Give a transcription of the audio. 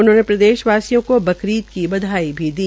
उन्होंने प्रदेश वासियों को बकरीद की बधाई भी दी